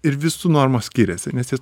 ir visų normos skiriasi nes jis